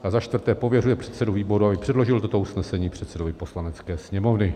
IV. Pověřuje předsedu výboru, aby předložil toto usnesení předsedovi Poslanecké sněmovny.